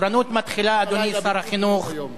תורנות מתחילה, אדוני שר החינוך,